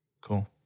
Cool